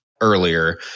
earlier